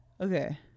okay